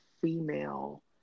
female